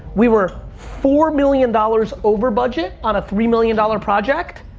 we were four million dollars over-budget on a three million dollar project,